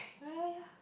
ya ya ya